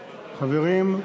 חברים,